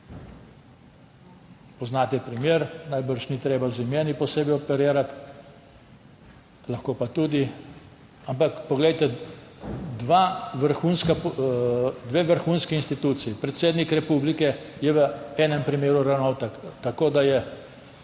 Poznate primer, najbrž ni treba z imeni posebej operirati, lahko pa tudi. Ampak poglejte, dve vrhunski instituciji, predsednik republike je v enem primeru ravnal tako, da je